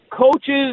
coaches